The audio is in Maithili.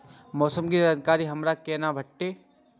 मौसम के जानकारी हमरा केना भेटैत?